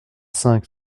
cinq